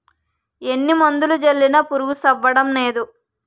ఎన్ని మందులు జల్లినా పురుగు సవ్వడంనేదు